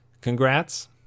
congrats